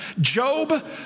Job